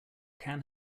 can